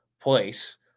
place